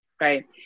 Right